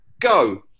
Go